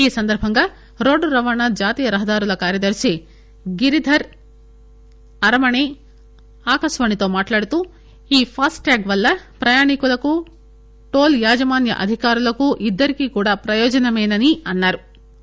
ఈ సందర్బంగా రోడ్డురవాణా జాతీయ రహదారుల కార్యదర్శి గిరిధర్ అరమణే ఆకాశవాణితో మాట్టాడుతూ ఈ ఫాస్టాగ్ వల్ల ప్రయాణీకులకు టోల్ యాజమాన్య అధికారులకు ఇద్దరికీ ప్రయోజనమేనని అన్నారు